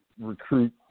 recruit